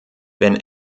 wenn